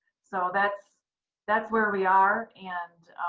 so, that's that's where we are. and